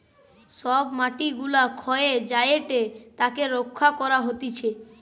সব মাটি গুলা ক্ষয়ে যায়েটে তাকে রক্ষা করা হতিছে